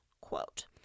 quote